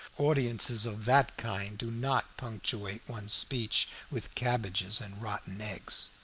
audiences of that kind do not punctuate one's speeches with cabbages and rotten eggs.